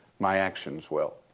my actions will.